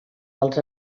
dels